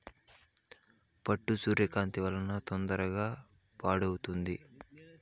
పట్టు సూర్యకాంతి వలన తొందరగా పాడవుతుంది